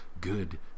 good